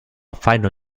final